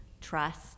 trust